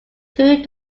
two